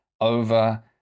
over